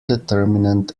determinant